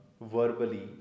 verbally